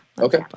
Okay